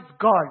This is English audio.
God